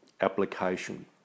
application